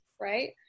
right